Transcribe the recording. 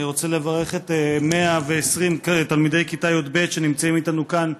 אני רוצה לברך את 120 תלמידי כיתה י"ב שנמצאים איתנו כאן,